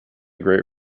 great